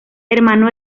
hermano